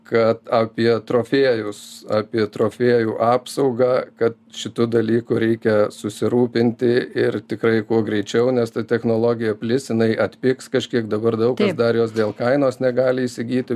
kad apie trofėjus apie trofėjų apsaugą kad šitu dalyku reikia susirūpinti ir tikrai kuo greičiau nes ta technologija plis inai atpigs kažkiek dabar daug kas dar jos dėl kainos negali įsigyti